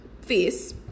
face